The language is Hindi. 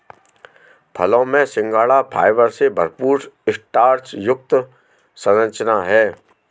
फलों में सिंघाड़ा फाइबर से भरपूर स्टार्च युक्त संरचना है